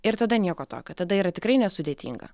ir tada nieko tokio tada yra tikrai nesudėtinga